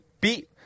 beat